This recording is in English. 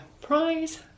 Prize